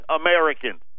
Americans